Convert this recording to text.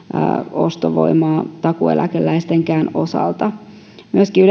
ostovoimaa takuueläkeläistenkään osalta myöskin